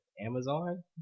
amazon